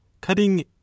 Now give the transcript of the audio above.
cutting